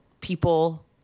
people